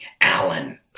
Alan